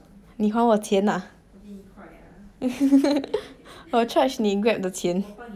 你还我钱 ah 我 charge 你 Grab 的钱